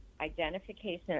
identification